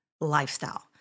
lifestyle